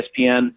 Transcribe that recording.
ESPN